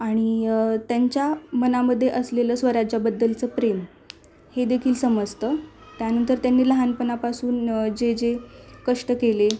आणि त्यांच्या मनामध्ये असलेलं स्वराज्याबद्दलचं प्रेम हे देखील समजतं त्यानंतर त्यांनी लहानपनापासून जे जे कष्ट केले